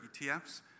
ETFs